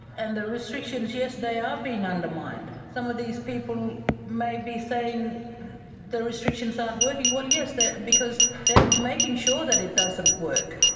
and the restrictions, yes, they are being undermined. some of these people may be saying the restrictions aren't working. well yes, because they are making sure that it doesn't work.